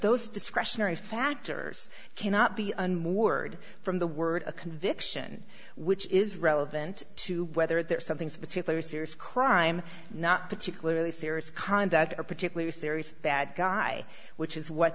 those discretionary factors cannot be unmoored from the word a conviction which is relevant to whether there are some things particular serious crime not particularly serious kind that a particular serious bad guy which is what